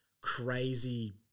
crazy